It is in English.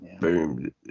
Boom